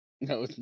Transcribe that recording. No